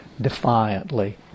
defiantly